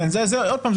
עוד פעם,